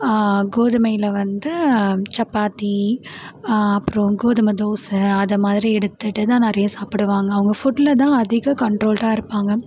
கோதுமையில் வந்து சப்பாத்தி அப்புறம் கோதுமை தோசை அதை மாதிரி எடுத்துட்டுதான் நிறைய சாப்பிடுவாங்க அவங்க ஃபுட்லதான் அதிக கண்ட்ரோல்டாக இருப்பாங்கள்